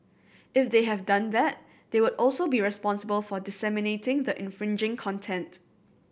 if they have done that they would also be responsible for disseminating the infringing content